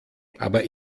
aber